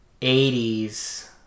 80s